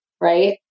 right